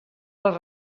les